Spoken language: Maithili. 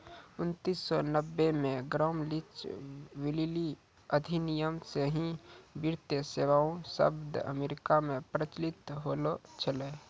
उन्नीस सौ नब्बे मे ग्राम लीच ब्लीली अधिनियम से ही वित्तीय सेबाएँ शब्द अमेरिका मे प्रचलित होलो छलै